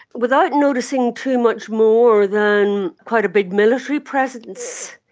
without noticing too much more than quite a big military presence.